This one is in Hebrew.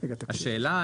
השאלה,